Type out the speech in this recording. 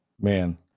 man